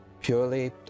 purely